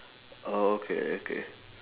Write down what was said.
oh okay okay